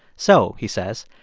so, he says,